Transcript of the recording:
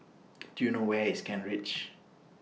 Do YOU know Where IS Kent Ridge